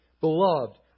Beloved